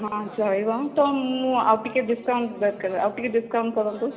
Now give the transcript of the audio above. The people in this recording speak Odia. ହଁ ଚଳିବ ତ ମୁଁ ଆଉ ଟିକିଏ ଡ଼ିସ୍କାଉଣ୍ଟ ଦରକାର ଆଉ ଟିକିଏ ଡ଼ିସ୍କାଉଣ୍ଟ କରନ୍ତୁ